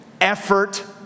effort